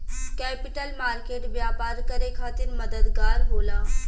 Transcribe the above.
capital market व्यापार करे खातिर मददगार होला